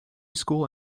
school